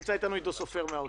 נמצא איתנו עידו סופר מהאוצר,